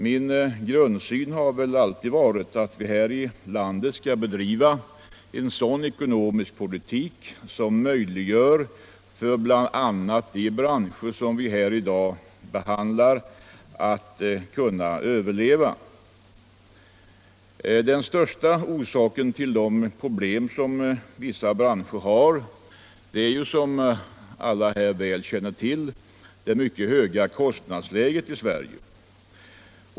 Min grundsyn har alltid varit att vi här i landet skall bedriva en sådan ekonomisk politik som möjliggör för bl.a. de branscher som vi här i dag behandlar att överleva. Den främsta orsaken till de problem som vissa branscher har är, som alla här väl känner till, det mycket höga kostnadsläget i Sverige.